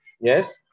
Yes